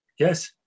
Yes